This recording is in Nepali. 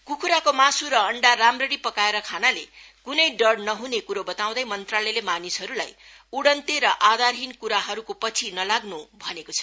कुखुराको मासु र अण्डा राम्ररी पकाएर खानाले कुनै डर नहुने कुरो बताउँदै मन्त्रालयले मानिसहरूसित उड्नते र आधारहीन कुराहरूको पछि नलाग्न् भनेको छ